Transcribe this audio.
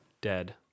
dead